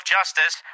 Justice